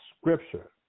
Scripture